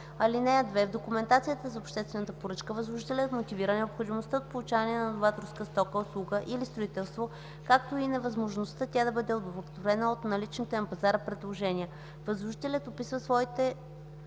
(2) В документацията за обществената поръчка възложителят мотивира необходимостта от получаване на новаторска стока, услуга или строителство, както и невъзможността тя да бъде удовлетворена чрез наличните на пазара предложения. Възложителят описва своите